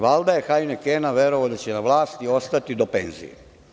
Valjda je hajnikena verovao da će na vlasti ostati do penzije.